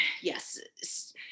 yes